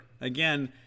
Again